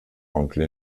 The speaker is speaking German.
onkel